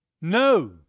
No